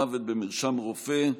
מוות במרשם רופא),